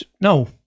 No